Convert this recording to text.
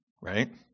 right